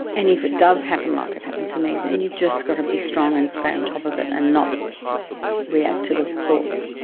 and if it does happen like it happened to me then you've just got to be strong and stay on top of it and not react to the thoughts.